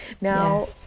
Now